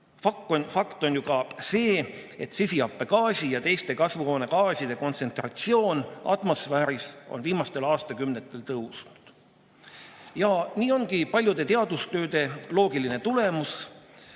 Fakt on ju ka see, et süsihappegaasi ja teiste kasvuhoonegaaside kontsentratsioon atmosfääris on viimastel aastakümnetel tõusnud. Ja nii ongi paljude teadustööde loogiline tulemus